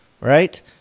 right